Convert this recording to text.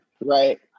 right